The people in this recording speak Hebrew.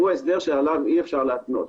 הוא ההסדר שעליו אי אפשר להתנות.